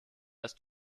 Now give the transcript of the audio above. ist